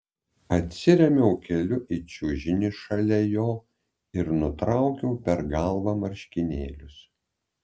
atsirėmiau keliu į čiužinį šalia jo ir nutraukiau per galvą marškinėlius